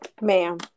ma'am